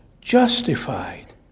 justified